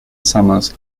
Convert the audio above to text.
summers